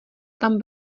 tam